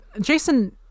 Jason